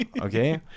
Okay